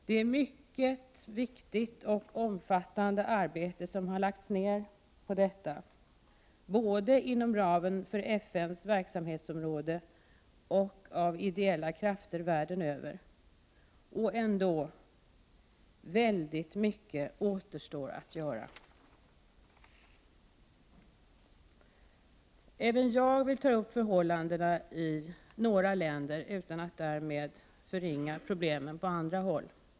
Det är ett mycket viktigt och omfattande arbete som har lagts ned på detta, både inom ramen för FN:s verksamhetsområde och av ideella krafter världen över. Ändå återstår väldigt mycket att göra. Även jag vill beröra förhållandena i några länder, utan att därmed förringa problemen på andra håll.